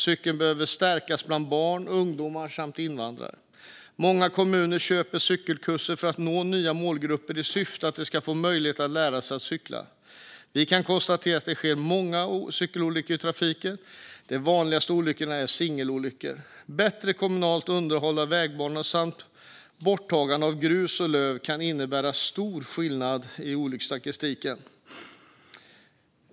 Cykling behöver stärkas bland barn, ungdomar samt invandrare. Många kommuner köper cykelkurser för att nå nya målgrupper i syfte att de ska få möjlighet att lära sig att cykla. Det sker många cykelolyckor i trafiken. De vanligaste olyckorna är singelolyckor. Bättre kommunalt underhåll av vägbanor samt borttagande av grus och löv kan innebära stor skillnad i olycksstatistiken.